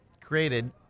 created